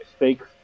mistakes